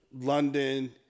London